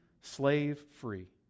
slave-free